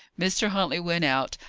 mr. huntley went out,